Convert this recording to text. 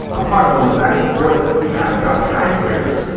apart from the fact, of course, that we haven't got skyscrapers,